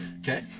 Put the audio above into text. Okay